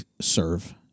serve